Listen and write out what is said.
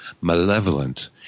malevolent